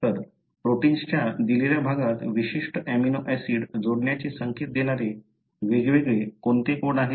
तर प्रोटिन्सच्या दिलेल्या भागात विशिष्ट अमिनो ऍसिड जोडण्याचे संकेत देणारे वेगवेगळे कोणते कोड आहेत